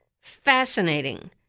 fascinating